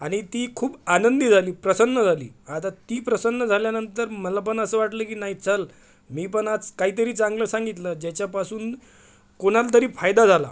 आणि ती खूप आनंदी झाली प्रसन्न झाली आता ती प्रसन्न झाल्यानंतर मला पण असं वाटलं की नाही चल मी पण आज काहीतरी चांगलं सांगितलं ज्याच्यापासून कोणाला तरी फायदा झाला